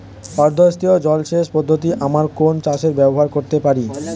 অর্ধ স্থায়ী জলসেচ পদ্ধতি আমরা কোন চাষে ব্যবহার করতে পারি?